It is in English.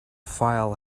file